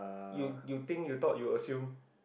you think you thought your assume